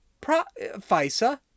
FISA